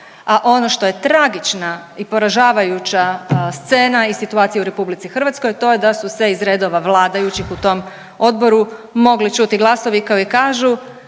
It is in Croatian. a ono što je tragična i poražavajuća scena i situacija u Republici Hrvatskoj a to je da su se iz redova vladajućih u tom odboru mogli čuti glasovi koji kažu